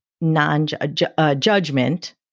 non-judgment